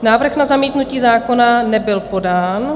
Návrh na zamítnutí zákona nebyl podán.